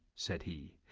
said he.